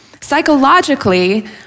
Psychologically